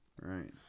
right